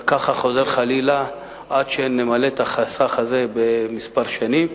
וככה חוזר חלילה, עד שנמלא את החסך הזה בכמה שנים.